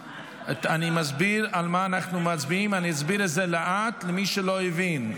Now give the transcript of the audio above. אני מסביר על מה אנחנו מצביעים ואני אסביר לאט למי שלא הבין.